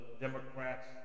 Democrats